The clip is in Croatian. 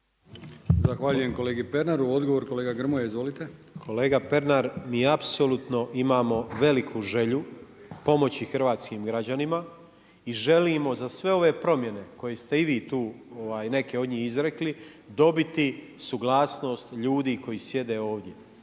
Zahvaljujem kolegi Pernaru. Odgovor kolega Grmoja. Izvolite. **Grmoja, Nikola (MOST)** Kolega Pernar, mi apsolutno imamo veliku želju pomoći hrvatskim građanima i želimo za sve ove promjene koje ste i vi tu neke od njih izrekli dobiti suglasnost ljudi koji sjede ovdje